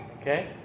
Okay